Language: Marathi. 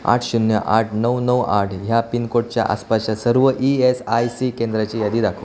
आठ शून्य आठ नऊ नऊ आठ ह्या पिनकोडच्या आसपासच्या सर्व ई एस आय सी केंद्राची यादी दाखवा